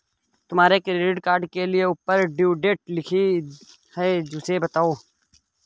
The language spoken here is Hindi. तुम्हारे क्रेडिट कार्ड के ऊपर ड्यू डेट लिखी है उसे बताओ